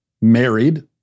married